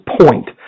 point